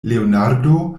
leonardo